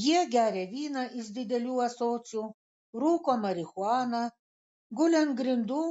jie geria vyną iš didelių ąsočių rūko marihuaną guli ant grindų